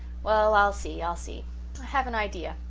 well, i'll see i'll see. i have an idea.